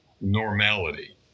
normality